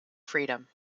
freedom